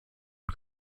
und